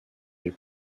les